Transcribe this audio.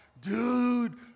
dude